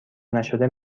نشده